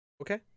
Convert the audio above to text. Okay